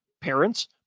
parents